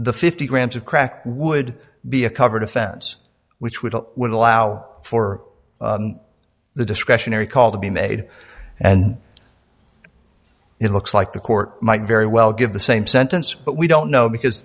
the fifty grams of crack would be a covered offense which would would allow for the discretionary call to be made and it looks like the court might very well give the same sentence but we don't know because